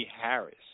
Harris